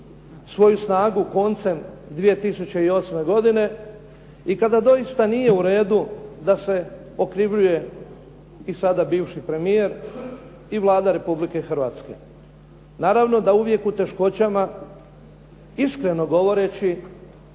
svoju snagu koncem 2008. godine i kada doista nije u redu da se okrivljuje i sada bivši premijer i Vlada Republike Hrvatske. Naravno da uvijek u teškoćama iskreno govoreći